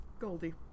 Goldie